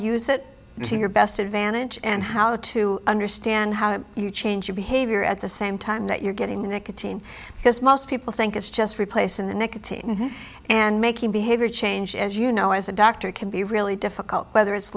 use it to your best advantage and how to understand how you change your behavior at the same time that you're getting nicotine because most people think it's just replacing the nicotine and making behavior change as you know as a doctor can be really difficult whether it's